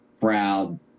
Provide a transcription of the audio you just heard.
proud